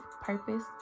purpose